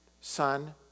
son